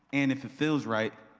and if it feels right,